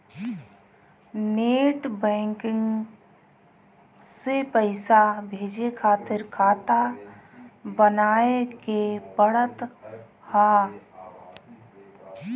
net banking से पईसा भेजे खातिर खाता बानवे के पड़त हअ